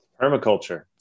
permaculture